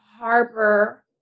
Harbor